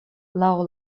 laŭ